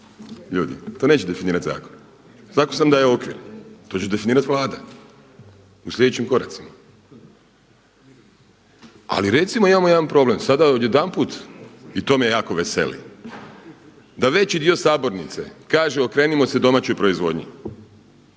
Ljudi to neće definirat zakon. Zakon samo daje okvir, to će definirat Vlada u sljedećim koracima. Ali recimo imamo jedan problem. Sada odjedanput i to me jako veseli da veći dio sabornice kaže okrenimo se domaćoj proizvodnji.